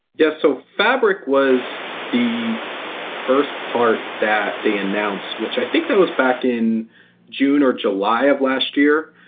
yes. so fabric was the first part that they announced, which i think that was back in june or july of last year.